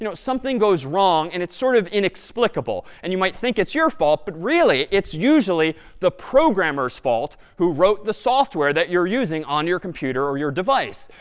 you know something goes wrong and it's sort of inexplicable. and you might think it's your fault, but really it's usually the programmer's fault who wrote the software that you're using on your computer or your device.